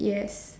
yes